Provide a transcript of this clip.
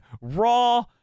Raw